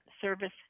Service